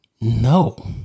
No